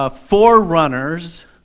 forerunners